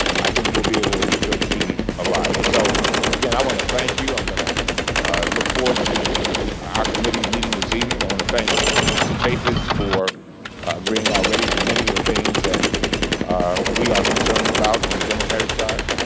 i think that we'll be able to achieve a lot. and so again, i want to thank you. i'm going to look forward to our committee meeting this evening. i want to thank mr. chaffetz for agreeing already to many of the things that we are concerned about on the democratic side.